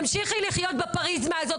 תמשיכי לחיות בפריזמה הזאת.